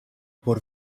por